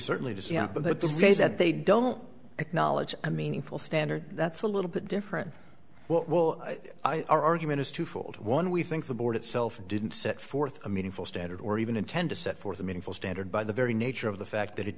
certainly does yeah but they did say that they don't acknowledge a meaningful standard that's a little bit different what will our argument is twofold one we think the board itself didn't set forth a meaningful standard or even intend to set forth a meaningful standard by the very nature of the fact that it